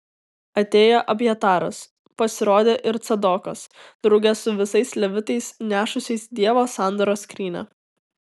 atėjo abjataras pasirodė ir cadokas drauge su visais levitais nešusiais dievo sandoros skrynią